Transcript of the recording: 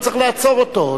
לא צריך לעצור אותו.